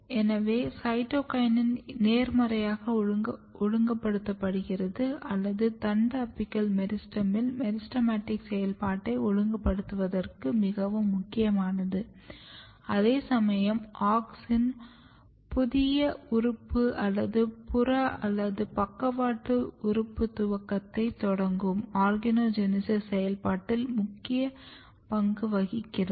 எனவே சைட்டோகினின் நேர்மறையாக ஒழுங்குபடுத்துகிறது அல்லது தண்டு அபிக்கல் மெரிஸ்டெமில் மெரிஸ்டெமடிக் செயல்பாட்டை ஒழுங்குபடுத்துவதற்கு மிகவும் முக்கியமானது அதேசமயம் ஆக்ஸின் புதிய உறுப்பு அல்லது புற அல்லது பக்கவாட்டு உறுப்பு துவக்கத்தைத் தொடங்கும் ஆர்கனோஜெனீசிஸ் செயல்பாட்டில் முக்கிய பங்கு வகிக்கிறது